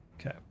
Okay